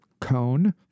cone